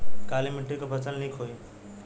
काली मिट्टी क फसल नीक होई?